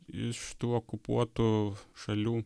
iš tų okupuotų šalių